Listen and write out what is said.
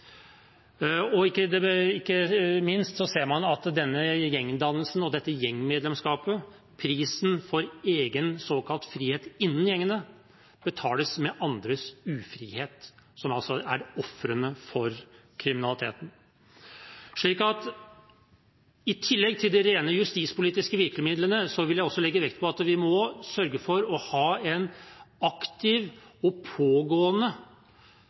Ikke minst ser man at denne gjengdannelsen og dette gjengmedlemskapet, prisen for egen såkalt frihet innen gjengene, betales med andres ufrihet, som altså er ofre for kriminaliteten. I tillegg til de rent justispolitiske virkemidlene vil jeg også legge vekt på at vi må sørge for å ha en aktiv og pågående